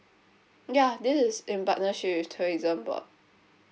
ya this is in partnership with tourism board